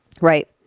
Right